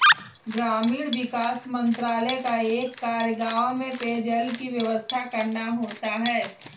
ग्रामीण विकास मंत्रालय का एक कार्य गांव में पेयजल की व्यवस्था करना होता है